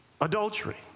Adultery